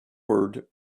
word